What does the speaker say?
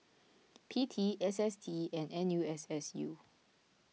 P T S S T and N U S S U